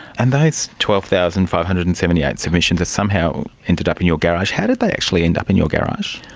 and those twelve thousand five hundred and seventy eight submissions somehow ended up in your garage. how did they actually end up in your garage?